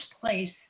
place